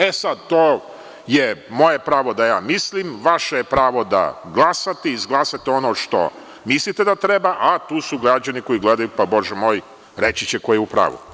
E sada, to je moje pravo da ja mislim, vaše je pravo da glasate i izglasate ono što mislite da treba, a tu su građani koji gledaju, pa Bože moj, reći će ko je u pravu.